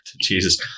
Jesus